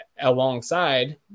alongside